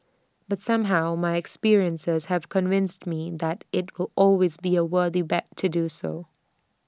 but somehow my experiences have convinced me that IT will always be A worthy bet to do so